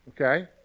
okay